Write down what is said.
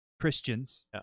Christians